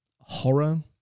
horror